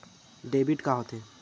Debit का होथे?